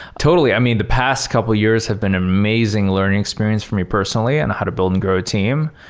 totally. i mean, the past couple of years have been an amazing learning experience for me personally on and how to build and grow a team,